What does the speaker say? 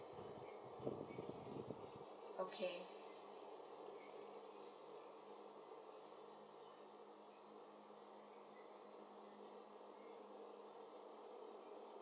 okay